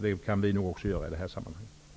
Det kan vi nog också i det här sammanhanget räkna med.